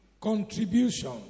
contribution